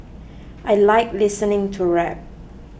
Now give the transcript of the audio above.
I like listening to rap